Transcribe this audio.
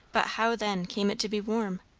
but how, then, came it to be warm?